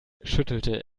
schüttelte